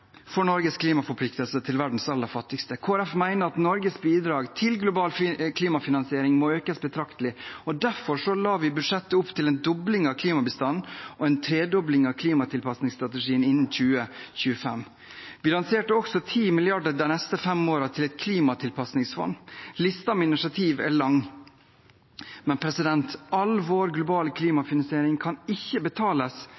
for Norges klimaforpliktelser til verdens aller fattigste. Kristelig Folkeparti mener Norges bidrag til global klimafinansiering må økes betraktelig, og derfor la vi i budsjettet opp til en dobling av klimabistanden og en tredobling av klimatilpasningsstrategien innen 2025. Vi lanserte også 10 mrd. kr de neste fem årene til et klimatilpasningsfond. Listen over initiativer er lang. All vår globale